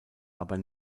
aber